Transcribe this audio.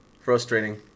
Frustrating